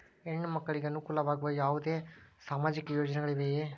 ಹೆಣ್ಣು ಮಕ್ಕಳಿಗೆ ಅನುಕೂಲವಾಗುವ ಯಾವುದೇ ಸಾಮಾಜಿಕ ಯೋಜನೆಗಳಿವೆಯೇ?